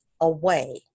away